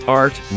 art